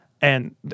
and-